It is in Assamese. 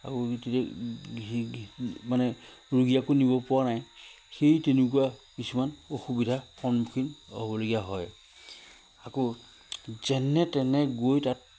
আকৌ তেতিয়া মানে ৰোগী আকৌ নিব পৰা নাই সেই তেনেকুৱা কিছুমান অসুবিধা সন্মুখীন হ'বলগীয়া হয় আকৌ যেনে তেনে গৈ তাত